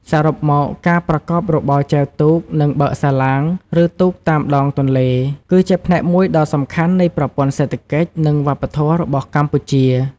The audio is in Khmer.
សរុបមក ការប្រកបរបរចែវទូក និងបើកសាឡាង ឬទូកតាមដងទន្លេ គឺជាផ្នែកមួយដ៏សំខាន់នៃប្រព័ន្ធសេដ្ឋកិច្ច និងវប្បធម៌របស់កម្ពុជា។